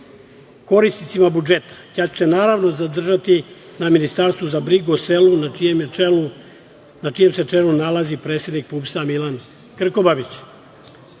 korisnicima budžeta, ja ću se, naravno, zadržati na Ministarstvu za brigu o selu na čijem se čelu nalazi predsednik PUPS-a Milan Krkobabić. Po